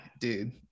dude